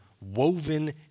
woven